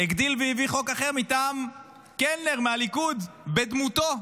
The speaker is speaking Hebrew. הגדיל והביא חוק אחר מטעם קלנר מהליכוד, בדמותו.